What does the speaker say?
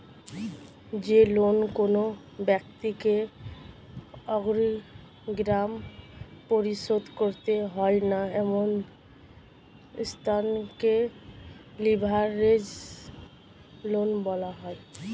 যে লোন কোনো ব্যাক্তিকে অগ্রিম পরিশোধ করতে হয় না এমন ঋণকে লিভারেজড লোন বলা হয়